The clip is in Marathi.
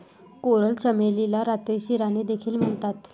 कोरल चमेलीला रात्रीची राणी देखील म्हणतात